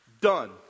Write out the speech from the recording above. Done